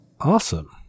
Awesome